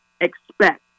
expect